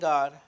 God